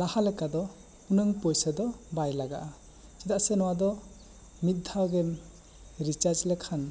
ᱞᱟᱦᱟ ᱞᱮᱠᱟ ᱫᱚ ᱩᱱᱟᱹᱝ ᱯᱩᱭᱥᱟᱹ ᱫᱚ ᱵᱟᱭ ᱞᱟᱜᱟᱜᱼᱟ ᱪᱮᱫᱟᱜ ᱥᱮ ᱱᱚᱣᱟ ᱫᱚ ᱢᱤᱫ ᱫᱷᱟᱣ ᱜᱮᱢ ᱨᱤᱪᱟᱨᱡᱽ ᱠᱮᱠᱷᱟᱱ